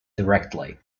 directly